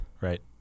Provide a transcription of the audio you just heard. Right